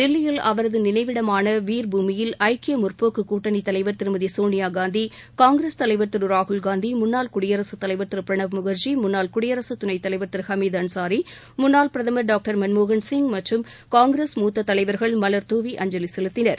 தில்லியில் அவரது நினைவிடமான வீர்பூமியில் ஐக்கிய முற்போக்குக் கூட்டணி தலைவர் திருமதி சோனியாகாந்தி காங்கிரஸ் தலைவர் திரு ராகுல்காந்தி முன்னாள் குடியரசுத் தலைவர் திரு பிரணாப் முன்ஜி முன்னாள் குடியரசு துணைத்தலைவா் திரு ஹமீத் அன்சாரி முன்னாள் பிரதம் டாக்டர் மன்மோகன்சிங் மற்றம் காங்கிரஸ் மூத்த தலைவர்கள் மல்தூவி அஞ்சலி செலுத்தினர்